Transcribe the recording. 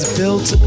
built